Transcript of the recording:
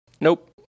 Nope